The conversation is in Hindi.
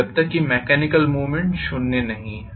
जब तक कि मेकेनिकल मूवमेंट शुन्य नहीं है